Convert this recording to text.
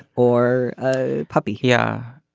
or a puppy here.